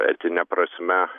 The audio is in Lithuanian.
etine prasme